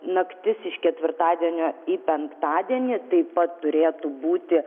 naktis iš ketvirtadienio į penktadienį taip pat turėtų būti